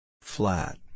Flat